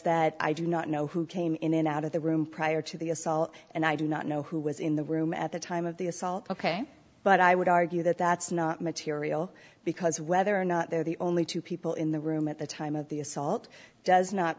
that i do not know who came in and out of the room prior to the assault and i do not know who was in the room at the time of the assault ok but i would argue that that's not material because whether or not they are the only two people in the room at the time of the assault does not